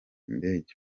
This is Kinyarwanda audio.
indege